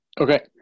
Okay